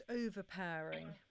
overpowering